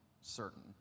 certain